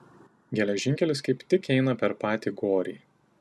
geležinkelis kaip tik eina per patį gorį